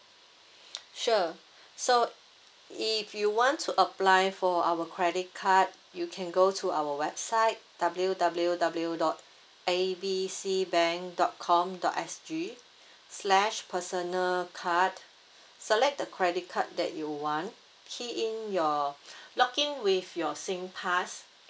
sure so if you want to apply for our credit card you can go to our website W_W_W dot A B C bank dot com dot S_G slash personal card select the credit card that you want key in your log in with your singpass